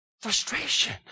frustration